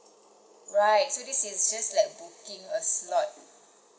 alright so this is just like booking a slot